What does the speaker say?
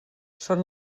són